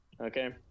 okay